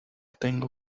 tengo